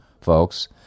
folks